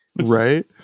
right